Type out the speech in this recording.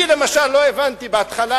אני, למשל, לא הבנתי בהתחלה